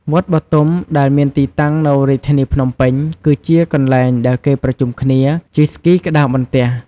វត្តបទុមដែលមានទីតាំងនៅរាជធានីភ្នំពេញគឺជាកន្លែងដែលគេប្រជុំគ្នាជិះស្គីក្ដារបន្ទះ។